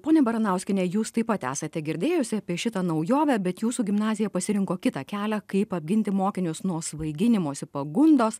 ponia baranauskiene jūs taip pat esate girdėjusi apie šitą naujovę bet jūsų gimnazija pasirinko kitą kelią kaip apginti mokinius nuo svaiginimosi pagundos